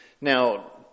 Now